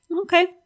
Okay